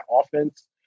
offense